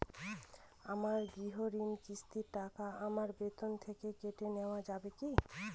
আমার গৃহঋণের কিস্তির টাকা আমার বেতন থেকে কেটে নেওয়া যাবে কি?